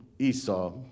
Esau